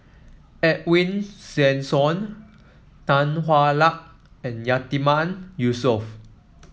Edwin Tessensohn Tan Hwa Luck and Yatiman Yusof